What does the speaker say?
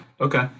okay